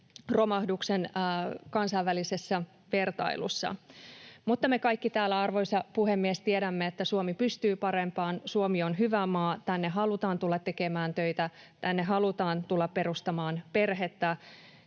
romahduksen kansainvälisessä vertailussa. Mutta me kaikki täällä, arvoisa puhemies, tiedämme, että Suomi pystyy parempaan. Suomi on hyvä maa, tänne halutaan tulla tekemään töitä, tänne halutaan tulla perustamaan perhettä.